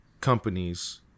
companies